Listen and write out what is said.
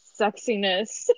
sexiness